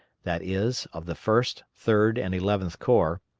that is of the first, third, and eleventh corps,